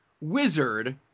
Wizard